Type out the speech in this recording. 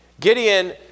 Gideon